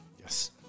yes